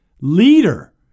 leader